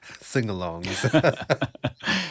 sing-alongs